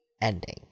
Ending